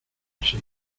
así